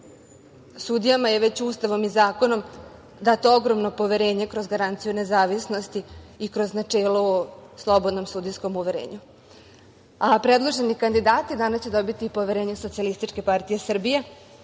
Sudijama je već Ustavnom i zakonom dato ogromno poverenje kroz garanciju nezavisnosti i kroz načelo o slobodnom sudijskom uverenju. Predloženi kandidati danas će dobiti i poverenje SPS, jer kao što je